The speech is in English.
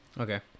okay